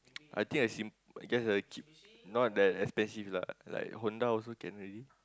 I think I seen because of the kids not that expensive lah like Honda also can already